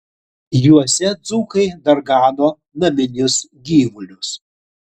juose dzūkai dar gano naminius gyvulius